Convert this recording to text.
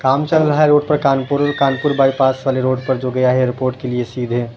کام چل رہا ہے روڈ پر کانپور کانپور بائی پاس والے روڈ پر جو گیا ہے ائیر پورٹ کے لیے سیدھے